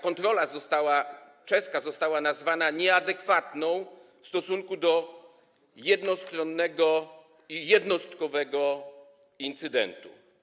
Kontrola czeska została nazwana nieadekwatną w stosunku do jednostronnego i jednostkowego incydentu.